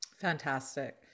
Fantastic